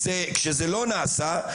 כשזה לא נעשה,